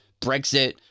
Brexit